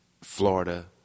Florida